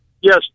Yes